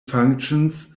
functions